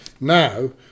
Now